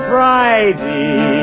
Friday